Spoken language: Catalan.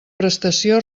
prestació